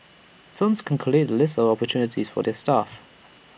firms can collate A list of opportunities for their staff